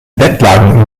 bettlaken